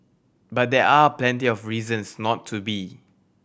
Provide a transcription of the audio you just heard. but there are plenty of reasons not to be